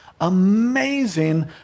amazing